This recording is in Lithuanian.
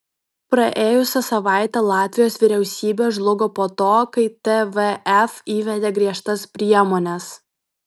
praėjusią savaitę latvijos vyriausybė žlugo po to kai tvf įvedė griežtas priemones